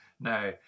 now